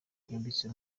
byimbitse